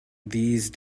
these